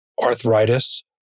Arthritis